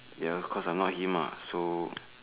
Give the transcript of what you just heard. ya cause I not him lah so